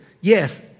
Yes